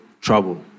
trouble